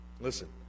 Listen